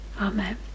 Amen